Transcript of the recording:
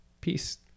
Peace